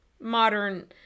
modern